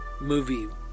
movie